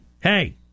hey